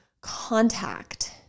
contact